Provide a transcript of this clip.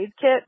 kit